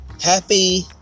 happy